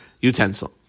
utensil